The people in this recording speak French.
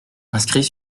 inscrit